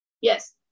Yes